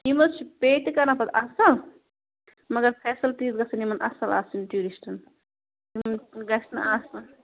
یِم حظ چھِ پےٚ تہِ کران پتہٕ اَصٕل مگر فیسَلٹیٖز گژھَن یِمَن اَصٕل آسٕنۍ ٹیٛوٗرِسٹَن یِمَن گژھِ نہَ آسُن